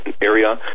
area